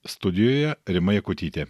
studijoje rima jakutytė